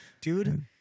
Dude